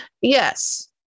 Yes